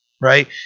Right